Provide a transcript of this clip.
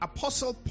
Apostle